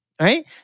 right